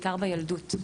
בעיקר בילדות.